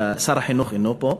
שר החינוך אינו פה,